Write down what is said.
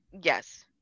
Yes